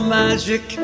magic